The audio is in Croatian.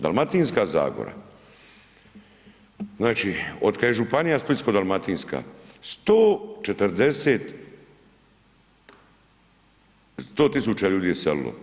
Dalmatinska zagora, znači otkad je županija Splitsko-dalmatinska, 140, 100 tisuća ljudi je iselilo.